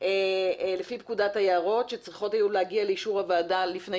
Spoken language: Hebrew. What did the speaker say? לפי פקודת היערות שהיו צריכות להגיע לאישור הוועדה לפני